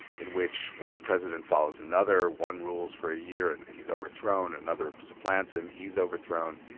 in which one president follows another, one rules for a year and he's overthrown, another supplants him, he's overthrown,